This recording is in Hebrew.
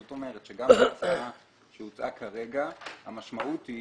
זאת אומרת שגם ההצעה שהוצעה כרגע, המשמעות היא